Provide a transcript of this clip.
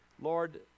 Lord